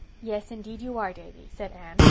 yes, indeed you are, davy, said anne,